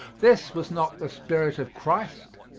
this was not the spirit of christ.